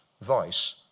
vice